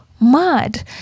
mad